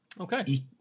Okay